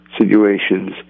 situations